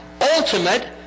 ultimate